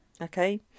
Okay